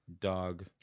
dog